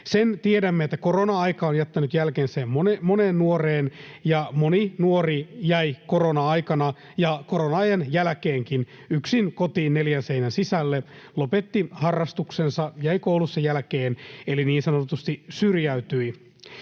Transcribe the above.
Sen tiedämme, että korona-aika on jättänyt jälkensä moneen nuoreen ja moni nuori jäi korona-aikana ja korona-ajan jälkeenkin yksin kotiin neljän seinän sisälle, lopetti harrastuksensa, jäi koulussa jälkeen eli niin sanotusti syrjäytyi.